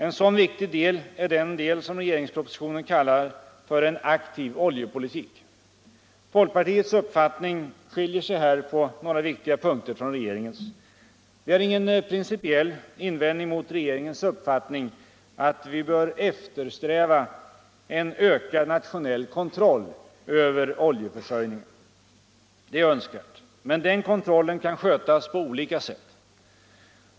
En sådan viktig del är den del som i regeringspropositionen kallas för ”en aktiv oljepolitik”. Folkpartiets uppfattning skiljer sig här på några viktiga punkter från regeringens. Vi har ingen principiell invändning mot regeringens uppfattning att vi bör eftersträva en ökad nationell kontroll över vår oljeförsörjning. Det är önskvärt. Men den kontrollen kan skötas på olika sätt.